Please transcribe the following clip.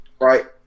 right